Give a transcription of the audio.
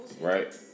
right